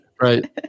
Right